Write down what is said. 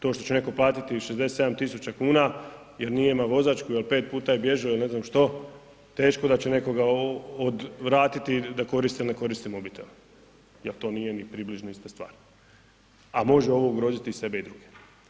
To što će netko platiti 67 tisuća kuna jer nije imao vozačku jer 5 puta je bježao ili ne znam što, teško da će nekoga odvratiti da koristi ili ne koristi mobitel jer to nije ni približno ista stvar, a može ovo ugroziti i sebe i druge.